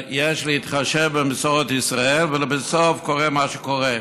שיש להתחשב במסורת ישראל, ולבסוף קורה מה שקורה.